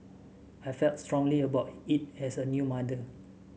I felt strongly about it as a new mother